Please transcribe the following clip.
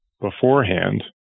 beforehand